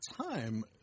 time